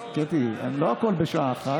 קטי, לא הכול בשעה אחת.